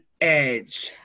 edge